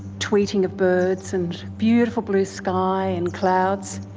tweeting of birds and beautiful blue sky and clouds.